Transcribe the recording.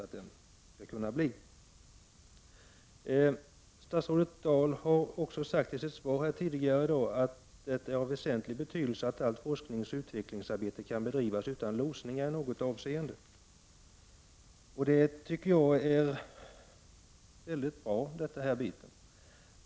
Statsrådet Birgitta Dahl har också i sitt svar här tidigare sagt att det är av väsentlig betydelse att allt forskningsoch utvecklingsarbete kan bedrivas utan låsning i något avseende. Det tycker jag är väldigt bra.